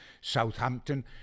Southampton